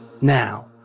Now